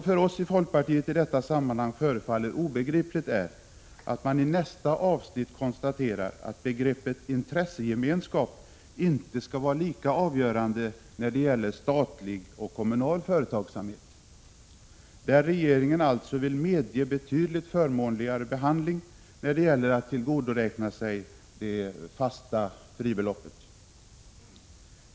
För oss i folkpartiet förefaller det i detta sammanhang obegripligt att man i nästa avsnitt konstaterar att begreppet intressegemenskap inte skall vara lika avgörande i fråga om statlig och kommunal företagsamhet, där regeringen alltså vill medge betydligt förmånligare behandling när det gäller att tillgodoräkna sig det fasta fribeloppet.